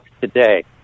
today